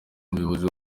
umuyobozi